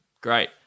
Great